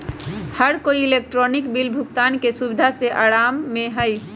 हर कोई electronic bill भुगतान के सुविधा से आराम में हई